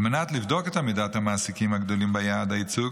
על מנת לבדוק את עמידת המעסיקים הגדולים ביעד הייצוג